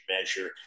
measure